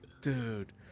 Dude